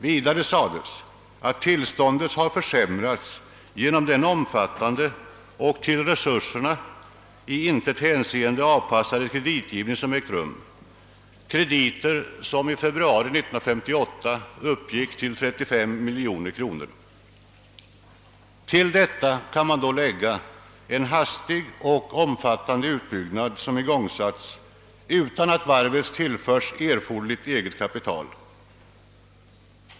Vidare sades att tillståndet hade försämrats genom den omfattande och till resurserna i intet hänseende avpassade kreditgivning som ägt rum — krediterna uppgick i februari 1958 till 35 miljoner kronor. Till detta kan man lägga en hastig och omfattande utbyggnad, som igångsattes utan att varvet tillförts erforderligt eget kapital.